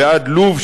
ועד לוב,